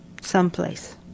someplace